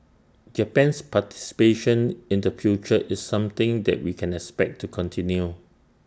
Japan's participation in the future is something that we can expect to continue